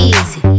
Easy